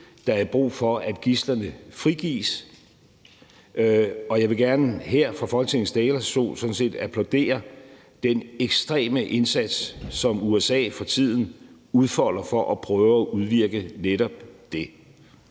der er brug for, at gidslerne frigives. Jeg vil gerne her fra Folketingets talerstol sådan set applaudere den ekstreme indsats, som USA for tiden udfolder for at prøve at udvirke netop det.